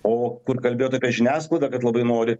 o kur kalbėt apie žiniasklaidą kad labai nori